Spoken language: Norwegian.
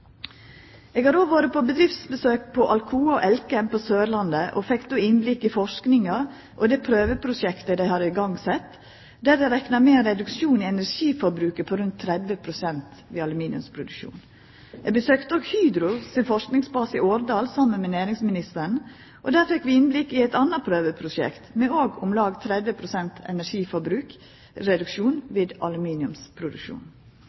Eg har òg vore på bedriftsbesøk hos Alcoa og Elkem på Sørlandet. Eg fekk då innblikk i forskinga og det prøveprosjektet dei hadde sett i gang, der dei reknar med ein reduksjon i energiforbruket på rundt 30 pst. ved aluminiumsproduksjonen. Eg besøkte òg Hydro sin forskingsbase i Årdal saman med næringsministeren. Der fekk vi innblikk i eit anna prøveprosjekt, også med om lag 30 pst. reduksjon